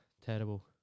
Terrible